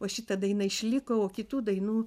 o šita daina išliko o kitų dainų